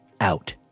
out